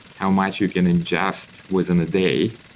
how much you can ingest within a day.